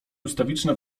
ustawiczne